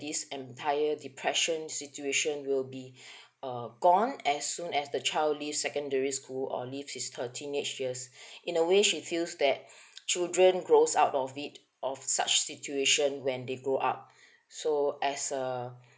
this entire depression situation will be uh gone as soon as the child leaves secondary school or leaves his her teenage years in a way she feels that children grows out of it of such situation when they grow up so as a